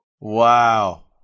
Wow